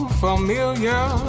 familiar